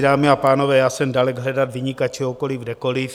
Dámy a pánové, já jsem dalek hledat viníka čehokoliv kdekoliv.